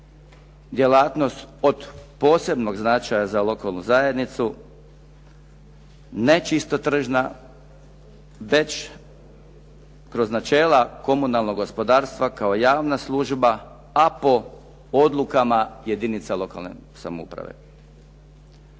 djelatnost od posebnog značaja za lokalnu zajednicu ne čisto tržna već kroz načela komunalnog gospodarstva kao javna služba a po odlukama jedinica lokalne samouprave.